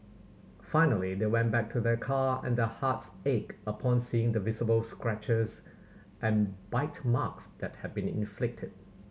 finally they went back to their car and their hearts ached upon seeing the visible scratches and bite marks that had been inflicted